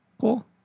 cool